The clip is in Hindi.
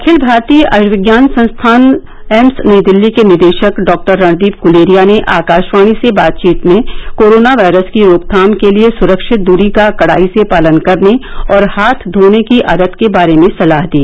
अखिल भारतीय आयुर्विज्ञान अनुसंघान संस्थान एम्स नई दिल्ली के निदेशक डॉक्टर रणदीप गु्लेरिया ने आकाशवाणी से बातचीत में कोरोना वायरस की रोकथाम के लिए स्रक्षित दूरी का कडाई से पालन करने और हाथ धोने की आदत के बारे में सलाह दी